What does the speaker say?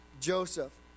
Joseph